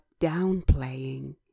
downplaying